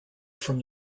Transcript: from